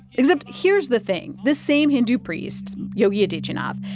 except, here's the thing. this same hindu priest, yogi adityanath,